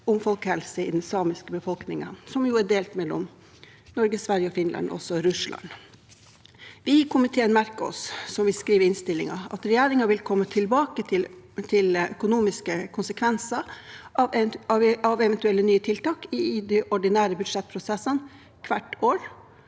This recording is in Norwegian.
om folkehelse i den samiske befolkningen fremmes, som jo er delt mellom Norge, Sverige, Finland og også Russland. Vi i komiteen merker oss, som vi skriver i innstillingen, at regjeringen vil komme tilbake til økonomiske konsekvenser av eventuelle nye tiltak i de ordinære budsjettprosessene hvert år,